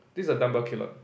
this is a dumbbell keloid